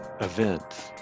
events